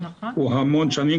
הוא המון שנים,